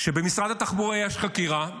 שבמשרד התחבורה יש חקירה.